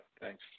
Thanks